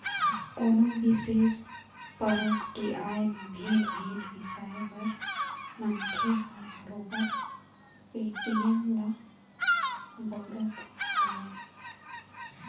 कोनो बिसेस परब के आय म भेंट, भेंट बिसाए बर मनखे ह बरोबर पेटीएम ल बउरत हवय